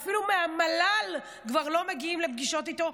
אפילו מהמל"ל כבר לא מגיעים לפגישות איתו,